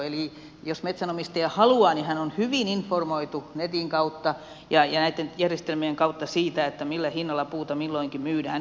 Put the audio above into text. eli jos metsänomistaja haluaa niin hän on hyvin informoitu netin kautta ja näitten järjestelmien kautta siitä millä hinnalla puuta milloinkin myydään